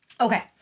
Okay